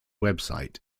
website